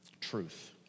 truth